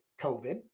COVID